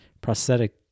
prosthetic